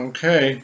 Okay